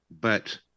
But-